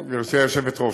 גברתי היושבת-ראש,